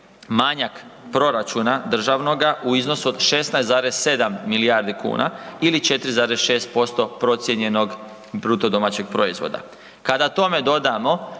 manjak proračuna državnoga u iznosu od 16,7 milijardi kuna ili 4,6% procijenjenog BDP-a. Kada tome dodamo